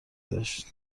داشت